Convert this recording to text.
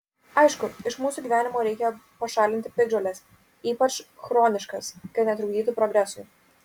aišku iš mūsų gyvenimo reikia pašalinti piktžoles ypač chroniškas kad netrukdytų progresui